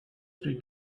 three